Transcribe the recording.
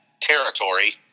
territory